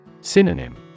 Synonym